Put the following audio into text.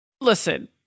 listen